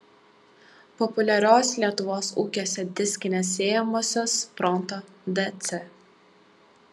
populiarios lietuvos ūkiuose diskinės sėjamosios pronto dc